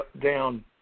down